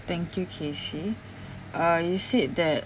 thank you kacey uh you said that